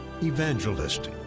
evangelist